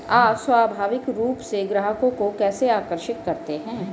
आप स्वाभाविक रूप से ग्राहकों को कैसे आकर्षित करते हैं?